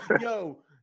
Yo